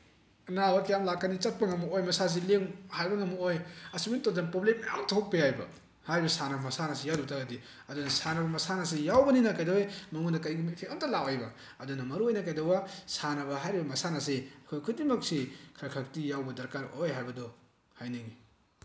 ꯑꯅꯥꯕ ꯀꯌꯥꯝ ꯂꯥꯛꯀꯅꯤ ꯆꯠꯄ ꯉꯝꯃꯛꯑꯣꯏ ꯃꯁꯥꯁꯤ ꯂꯦꯡ ꯍꯥꯏꯕ ꯉꯝꯃꯛꯑꯣꯏ ꯑꯁꯨꯝꯃꯥꯏꯅ ꯇꯧꯗꯅ ꯄ꯭ꯔꯣꯕ꯭ꯂꯦꯝ ꯃꯌꯥꯝ ꯑꯃ ꯊꯣꯛꯄ ꯌꯥꯏꯕ ꯍꯥꯏꯔꯤꯕ ꯁꯥꯟꯅꯕ ꯃꯁꯥꯟꯅꯁꯤ ꯌꯥꯎꯗꯕ ꯇꯥꯔꯗꯤ ꯑꯗꯨꯅ ꯁꯥꯟꯅꯕ ꯃꯁꯥꯟꯅꯁꯦ ꯌꯥꯎꯕꯅꯤꯅ ꯀꯩꯗꯧꯋꯦ ꯃꯉꯣꯟꯗ ꯀꯔꯤꯒꯨꯝꯕꯤ ꯏꯐꯦꯛ ꯑꯃꯇ ꯂꯥꯛꯑꯣꯏꯕ ꯑꯗꯨꯅ ꯃꯔꯨꯑꯣꯏꯕ ꯀꯩꯗꯧꯕ ꯁꯥꯟꯅꯕ ꯍꯥꯏꯔꯤꯕ ꯃꯁꯥꯟꯅꯁꯤ ꯑꯩꯈꯣꯏ ꯈꯨꯗꯤꯡꯃꯛꯁꯤ ꯈꯔ ꯈꯔꯇꯤ ꯌꯥꯎꯕ ꯗꯔꯀꯥꯔ ꯑꯣꯏ ꯍꯥꯏꯕꯗꯨ ꯍꯥꯏꯅꯤꯡꯉꯤ